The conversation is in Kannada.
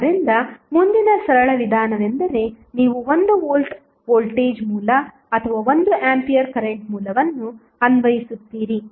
ಆದ್ದರಿಂದ ಮುಂದಿನ ಸರಳ ವಿಧಾನವೆಂದರೆ ನೀವು 1 ವೋಲ್ಟ್ ವೋಲ್ಟೇಜ್ ಮೂಲ ಅಥವಾ 1 ಆಂಪಿಯರ್ ಕರೆಂಟ್ ಮೂಲವನ್ನು ಅನ್ವಯಿಸುತ್ತೀರಿ